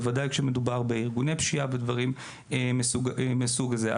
בוודאי כשמדובר בארגוני פשיעה ובדברים מסוג זה.